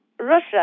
Russia